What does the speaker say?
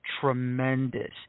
tremendous